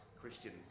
Christians